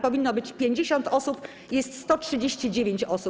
Powinno być 50 osób, a jest 139 osób.